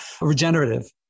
regenerative